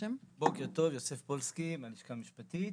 בוקר טוב, שמי יוסף פולסקי מהלשכה המשפטית.